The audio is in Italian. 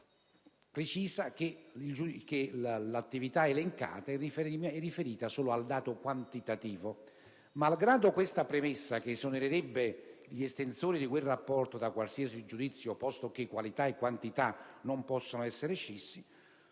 lealtà che l'attività elencata è riferita solo al dato quantitativo. Malgrado tale premessa, che esonererebbe gli estensori di quel rapporto da qualsiasi giudizio, posto che qualità e quantità non possono essere scissi,